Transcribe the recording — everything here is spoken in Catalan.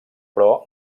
pro